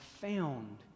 found